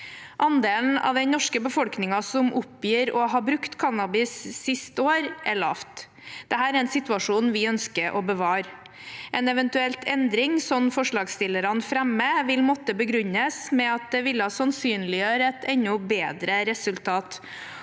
Andelen av den norske befolkningen som oppgir å ha brukt cannabis siste år, er lav. Dette er en situasjon vi ønsker å bevare. En eventuell endring slik forslagsstillerne fremmer, vil måtte begrunnes med at det ville sannsynliggjøre et enda bedre resultat.